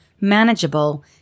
manageable